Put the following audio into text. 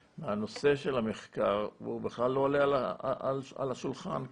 מהנושא של המחקר הוא בכלל לא עולה על השולחן כאן,